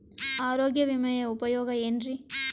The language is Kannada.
ಆರೋಗ್ಯ ವಿಮೆಯ ಉಪಯೋಗ ಏನ್ರೀ?